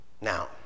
Now